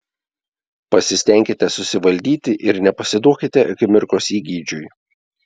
pasistenkite susivaldyti ir nepasiduokite akimirkos įgeidžiui